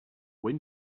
wait